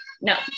No